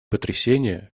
потрясения